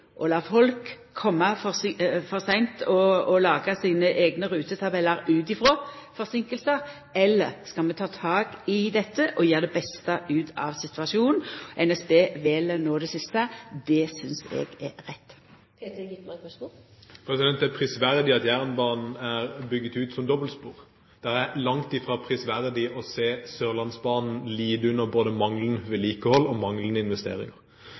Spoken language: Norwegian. og la folk koma for seint og laga sine eigne rutetabellar ut frå forseinkingar, eller skal vi ta tak i dette og gjera det beste ut av situasjonen? NSB vel no det siste. Det synest eg er rett. Det er prisverdig at jernbanen er bygd ut som dobbeltspor. Det er langt fra prisverdig å se Sørlandsbanen lide under både manglende vedlikehold og